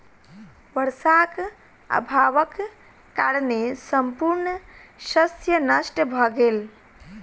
वर्षाक अभावक कारणेँ संपूर्ण शस्य नष्ट भ गेल